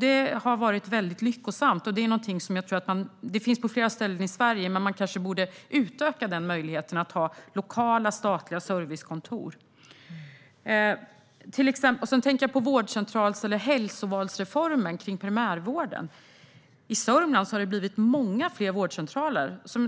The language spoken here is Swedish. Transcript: Detta har varit väldigt lyckosamt. Det här finns på flera ställen i Sverige. Kanske borde möjligheten att ha lokala statliga servicekontor utökas. Jag tänker även på vårdcentrals eller hälsovalsreformen i primärvården. I Sörmland har många fler vårdcentraler tillkommit.